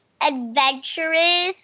adventurous